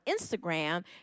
Instagram